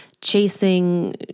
chasing